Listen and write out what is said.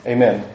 Amen